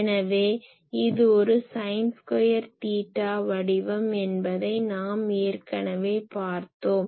எனவே இது ஒரு சைன் ஸ்கொயர் தீட்டா வடிவம் என்பதை நாம் ஏற்கனவே பார்த்தோம்